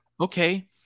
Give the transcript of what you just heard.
Okay